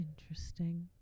interesting